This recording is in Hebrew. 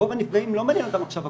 רוב הנפגעים לא מעניין אותם עכשיו הפוגע,